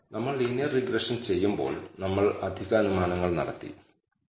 β̂1 ന്റെ വ്യതിയാനം σ2 Sxx ആയിരിക്കുമെന്ന് നമ്മൾ നടത്തിയ അനുമാനങ്ങളെ അടിസ്ഥാനമാക്കി നമുക്ക് വീണ്ടും കാണിക്കാം